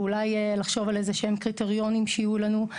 ואולי לחשוב על איזשהם קריטריונים שיהיו לנו.